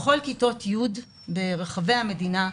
בכל כיתות י' ברחבי המדינה,